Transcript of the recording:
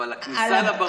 אבל לכניסה לבמות,